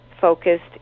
focused